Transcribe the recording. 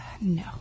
No